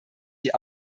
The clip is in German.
die